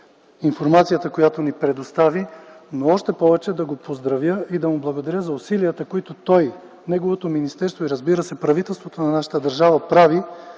информацията, която ни предостави, но още повече да го поздравя и да му благодаря за усилията, които той, неговото министерство и, разбира се, правителството на нашата държава прави,